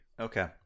Okay